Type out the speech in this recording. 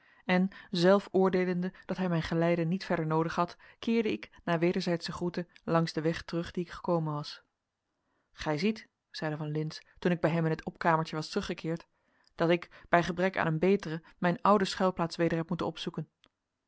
en zelf oordeelende dat hij mijn geleide niet verder noodig had keerde ik na wederzijdsche groete langs den weg terug dien ik gekomen was gij ziet zeide van lintz toen ik bij hem in het opkamertje was teruggekeerd dat ik bij gebrek aan een betere mijn oude schuilplaats weder heb moeten opzoeken